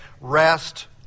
rest